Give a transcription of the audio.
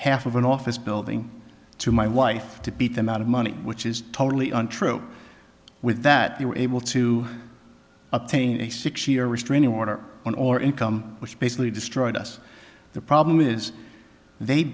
half of an office building to my wife to beat them out of money which is totally untrue with that they were able to obtain a six year restraining order on all income which basically destroyed us the problem is they